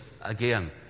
again